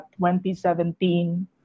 2017